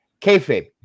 kayfabe